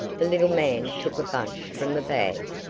the little man took a bunch from the bag.